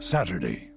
Saturday